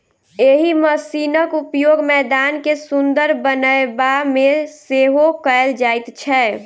एहि मशीनक उपयोग मैदान के सुंदर बनयबा मे सेहो कयल जाइत छै